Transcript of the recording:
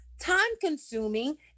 time-consuming